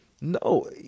No